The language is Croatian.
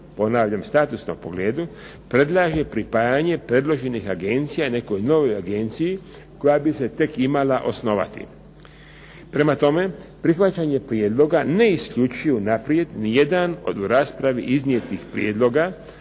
ponavljam u statusnom pogledu predlaže pripajanje predloženih agencija nekoj novoj agenciji koja bi se tek imala osnovati. Prema tome, prihvaćanje prijedloga ne isključuje unaprijed ni jedan od u raspravi iznijetih prijedloga,